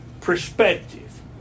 perspective